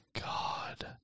God